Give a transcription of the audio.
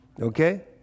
okay